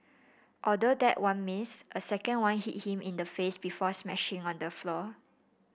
although that one missed a second one hit him in the face before smashing on the floor